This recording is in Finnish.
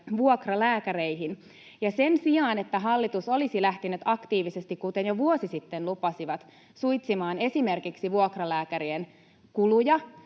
vuokralääkäreihin, ja sen sijaan, että hallitus olisi lähtenyt aktiivisesti, kuten jo vuosi sitten lupasi, suitsimaan esimerkiksi vuokralääkärien kuluja,